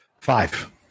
Five